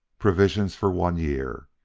provisions for one year!